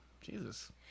Jesus